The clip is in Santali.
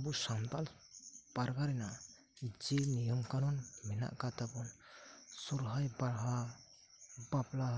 ᱟᱵᱚ ᱥᱟᱛᱟᱞ ᱯᱟᱨᱜᱟᱱᱟ ᱨᱮᱱᱟᱜ ᱡᱮ ᱱᱤᱭᱚᱢ ᱠᱟᱱᱩᱱ ᱢᱮᱱᱟᱜ ᱟᱠᱟᱫ ᱛᱟᱵᱚᱱ ᱥᱚᱦᱨᱟᱭ ᱯᱟᱨᱦᱟ ᱵᱟᱯᱞᱟ